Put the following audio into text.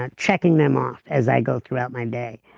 ah checking them off as i go throughout my day,